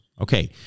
Okay